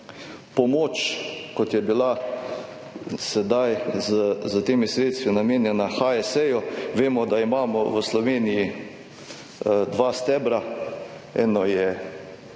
pomoč kot je bila sedaj s temi sredstvi namenjena HSE. Vemo, da imamo v Sloveniji dva stebra. Eno je